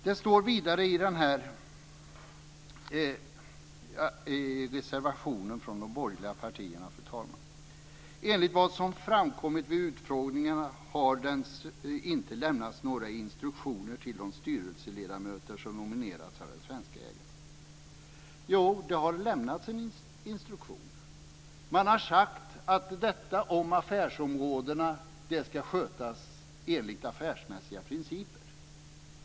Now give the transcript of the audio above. Det står vidare i reservationen från de borgerliga partierna: Enligt vad som framkommit vid utfrågningarna har det inte lämnats några instruktioner till de styrelseledamöter som nominerats av de svenska ägarna. Jo, det har lämnats en instruktion. Man har sagt att frågan om affärsområdena ska skötas enligt affärsmässiga principer.